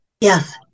Yes